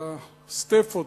ב"סטפות",